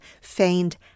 feigned